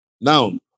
Now